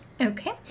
Okay